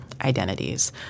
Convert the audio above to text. identities